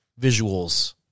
visuals